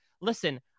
listen